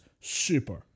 super